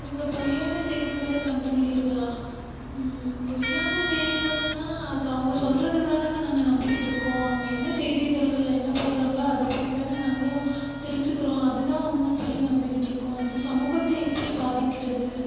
நீங்கள் பொய்யான செய்திகளை கண்டுள்ளீர்களா பொய்யான செய்திகள்ன்னா அது அவங்க சொல்றதை தானங்க நாங்கள் நம்பிக்கிட்ருக்கோம் அவங்க என்ன செய்தி இதழ்கள் என்ன போடுறாங்களோ அதைபத்தி தான நாங்களும் தெரிஞ்சிக்கறோம் அது தான் உண்மைன் சொல்லி நம்பிக்கிட்ருக்கோம் இது சமூகத்தை எப்படி பாதிக்கிறது